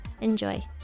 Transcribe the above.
Enjoy